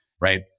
right